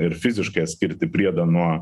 ir fiziškai atskirti priedą nuo